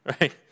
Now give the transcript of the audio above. right